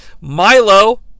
Milo